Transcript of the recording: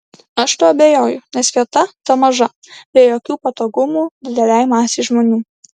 aš tuo abejoju nes vieta ta maža be jokių patogumų didelei masei žmonių